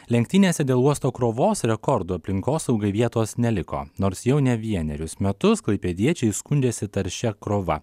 lenktynėse dėl uosto krovos rekordo aplinkosaugai vietos neliko nors jau ne vienerius metus klaipėdiečiai skundžiasi taršia krova